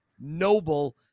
noble